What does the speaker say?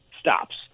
stops